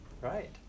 Right